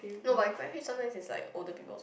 no but Grab Hitch sometimes is like all the people